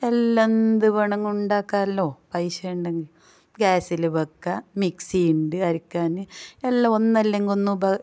എല്ലാം എന്ത് വേണമെങ്കിൽ ഉണ്ടാക്കാമല്ലോ പൈസ ഉണ്ടെങ്കിൽ ഗ്യാസിൽ വയ്ക്കുക മിക്സി ഉണ്ട് അരക്കാൻ എല്ലാം ഒന്നല്ലെങ്കിൽ ഒന്ന് ഉപ